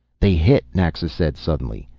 they hit! naxa said suddenly.